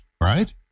Right